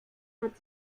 hat